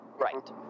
Right